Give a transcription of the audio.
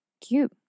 Cute